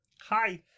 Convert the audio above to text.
Hi